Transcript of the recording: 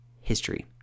history